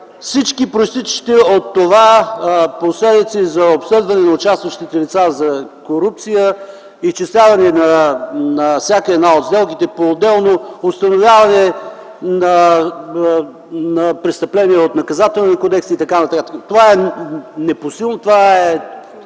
всички произтичащи от това последици за обследване на участващите лица за корупция, изчисляване на всяка сделка поотделно, установяване на престъпления по Наказателния кодекс и т.н. Това е непосилно, това е